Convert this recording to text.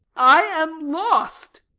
i am lost!